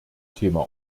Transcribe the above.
thema